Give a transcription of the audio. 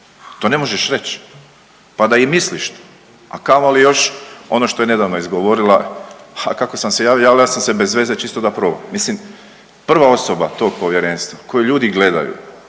To ne možeš reći, pa da i misliš, a kamoli još ono što je nedavno izgovorila, a kako sam se javila, javila sam se bez veze čisto da probam. Mislim, prva osoba tog Povjerenstva koje ljudi gledaju